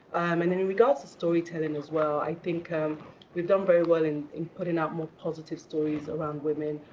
and then in regards to storytelling as well, i think um we've done very well in in putting out more positive stories around women,